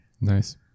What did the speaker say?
nice